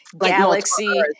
galaxy